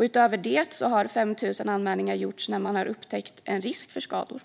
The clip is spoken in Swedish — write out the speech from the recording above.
Utöver det har 5 000 anmälningar gjorts när man har upptäckt en risk för skador.